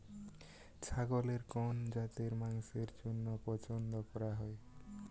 ছাগলের কোন জাতের মাংসের জন্য পছন্দ করা হয়?